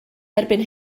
erbyn